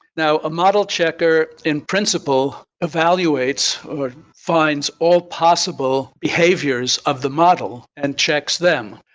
now, a model checker in principle evaluates or finds all possible behaviors of the model and checks them,